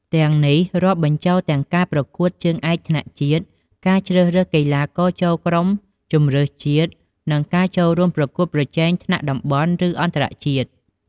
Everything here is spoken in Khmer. ទាំងនេះរាប់បញ្ចូលទាំងការប្រកួតជើងឯកថ្នាក់ជាតិ ការជ្រើសរើសកីឡាករចូលក្រុមជម្រើសជាតិ និងការចូលរួមប្រកួតប្រជែងថ្នាក់តំបន់ ឬអន្តរជាតិ។